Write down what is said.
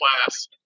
class